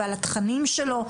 ועל התכנים שלו,